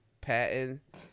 patent